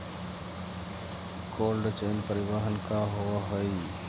Cold chain परिवहन का होव हइ?